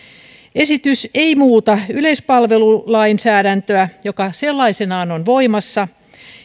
esitys ei muuta yleispalvelulainsäädäntöä joka sellaisenaan on voimassa